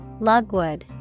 Lugwood